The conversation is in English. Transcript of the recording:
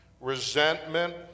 resentment